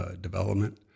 development